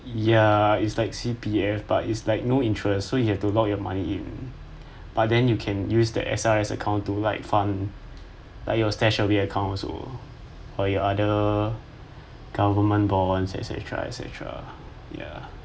ya it's like C_P_F but it's like no interest so you have to lock your money in but then you can use the S_R_S account to like fund like your stash away account also or your other government bond et cetera et cetera ya